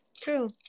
True